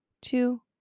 two